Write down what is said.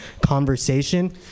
conversation